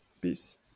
Peace